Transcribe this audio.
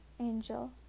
angel